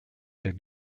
been